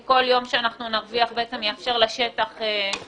כי כל יום שנרוויח בעצם יאפשר לשטח להתארגן,